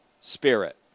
spirit